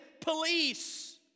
police